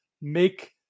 Make